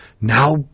now